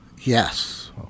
yes